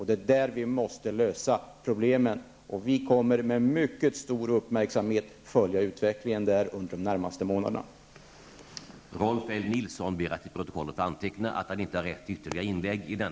Det är där vi måste lösa problemen. Vi kommer att följa utvecklingen där under de närmaste månaderna med mycket stor uppmärksamhet.